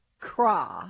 Craw